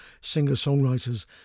singer-songwriters